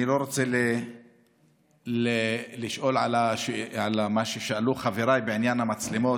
אני לא רוצה לשאול מה ששאלו חבריי בעניין המצלמות,